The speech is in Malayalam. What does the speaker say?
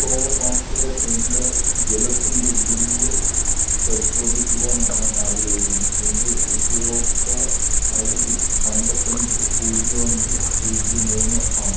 ഒക്ടോബർ മാസത്തിലെ എൻ്റെ ജലത്തിൻ്റെ ബില്ല് പരിശോധിക്കുവാൻ ഞാൻ ആഗ്രഹിക്കുന്നു എൻ്റെ ഉപയോക്ത ഐ ഡി അൻപത്തഞ്ച് പൂജ്യം അഞ്ച് പൂജ്യം മൂന്ന് ആണ്